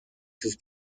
sus